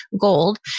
gold